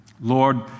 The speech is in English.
Lord